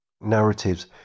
Narratives